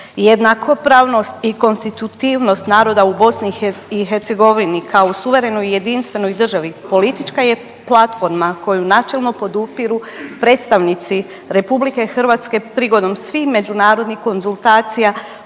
Jednakopravnost i konstitutivnost naroda u BiH kao u suverenoj i jedinstvenoj državi politička je platforma koju načelno podupiru predstavnici RH prigodom svih međunarodnih konzultacija